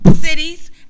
cities